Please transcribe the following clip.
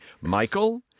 Michael